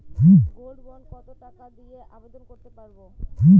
Gold bond কত টাকা দিয়ে আবেদন করতে পারবো?